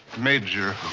major